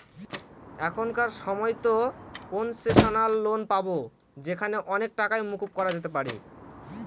এখনকার সময়তো concessional loan পাবো যেখানে অনেক টাকাই মকুব করা যেতে পারে